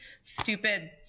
stupid